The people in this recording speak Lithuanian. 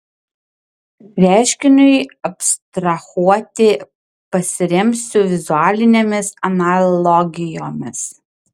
reiškiniui abstrahuoti pasiremsiu vizualinėmis analogijomis